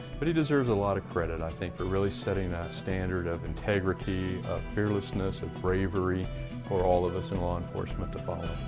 but he deserves a lot of credit, i think, for really setting ah standard of integrity, of fearlessness, of bravery for all of us in law enforcement to follow.